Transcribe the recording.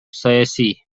саясий